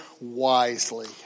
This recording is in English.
wisely